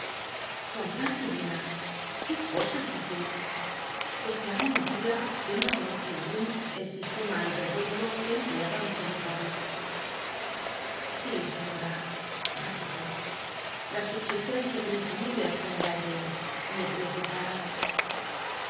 bondad divina qué cosas decís exclamó mi tia que no conocía aun ol sislema hiperból ico que empleaba ir micawhel si soiíora replicó la subsislencia de mi familia esllí en el aii'c mi principal